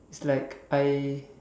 it's like I